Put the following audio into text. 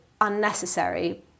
unnecessary